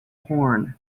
horn